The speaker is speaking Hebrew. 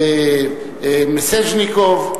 מיסז'ניקוב,